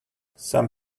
some